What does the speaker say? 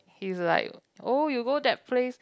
he's like oh you go that place